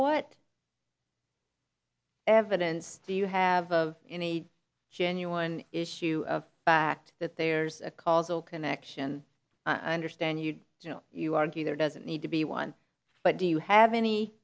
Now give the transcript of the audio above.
what evidence do you have of any genuine issue of fact that there's a causal connection i understand you you know you argue there doesn't need to be one but do you have any